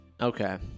Okay